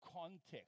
context